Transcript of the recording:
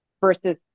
versus